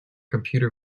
computer